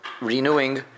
renewing